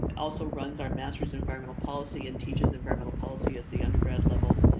also runs our master's in environmental policy and teaches environmental policy at the undergrad level.